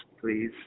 Please